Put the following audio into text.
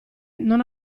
non